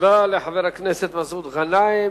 תודה לחבר הכנסת מסעוד גנאים.